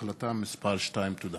החלטה מס' 2. תודה